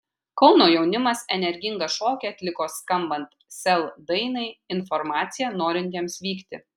kauno jaunimas energingą šokį atliko skambant sel dainai informacija norintiems vykti